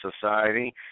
society